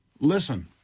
Listen